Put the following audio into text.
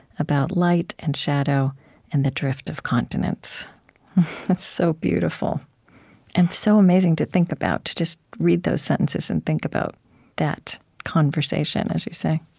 about light and shadow and the drift of continents. that's so beautiful and so amazing to think about, to just read those sentences and think about that conversation, as you say